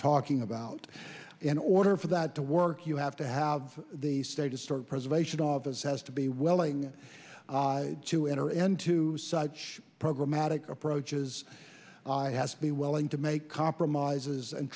talking about in order for that to work you have to have the state to start preservation office has to be willing to enter into such a program matic approaches has to be willing to make compromises and